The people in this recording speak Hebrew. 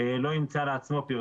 אין מצב שיש יישוב